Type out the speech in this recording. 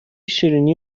شیرینی